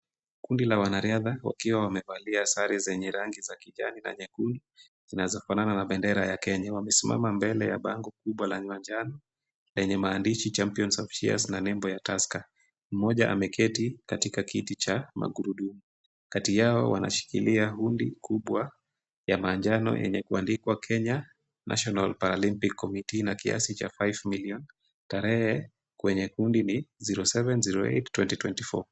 Kundi la wanariadha wakiwa wamevalia sare zenye rangi za kijani na nyekundu, zinazofanana na bendera ya Kenya. Wamesimama mbele ya bango kubwa la manjano lenye maandishi Champions of Cheers na nembo ya Tasker. Mmoja ameketi, katika kiti cha magurudumu, kati yao wanashikilia hudi ya manjano yenye kuandikwa Kenya National Paralympic Committee na kiasi cha five million . Tarehe kwenye hudi ni 07-08-2024.